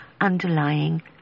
underlying